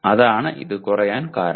അതാണ് ഇതും കുറയാൻ കാരണം